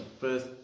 first